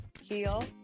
heel